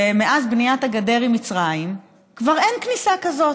שמאז בניית הגדר עם מצרים כבר אין כניסה כזאת,